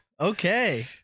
Okay